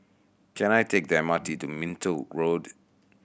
can I take the M R T to Minto Road